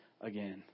again